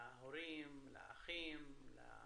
להורים, לאחים, לבעל,